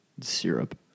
syrup